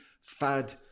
fad